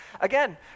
again